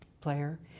player